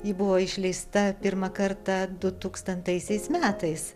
ji buvo išleista pirmą kartą du tūkstantaisiais metais